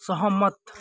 सहमत